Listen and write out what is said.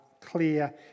clear